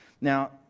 Now